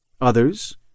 Others